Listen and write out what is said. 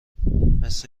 مثه